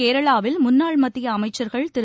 கேரளாவில் முன்னாள் மத்திய அமைச்சர்கள் திரு